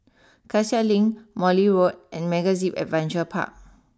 Cassia Link Morley Road and MegaZip Adventure Park